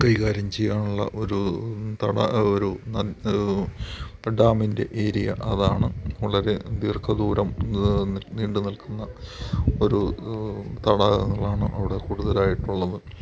കൈകാര്യം ചെയ്യാനുള്ള ഒരു തടാക ഒരു നദി ഡാമിന്റെ ഏരിയ അതാണ് വളരെ ദീർഘദൂരം നീണ്ടുനിൽക്കുന്ന ഒരു തടാകങ്ങളാണ് അവിടെ കൂടുതലായിട്ടുള്ളത്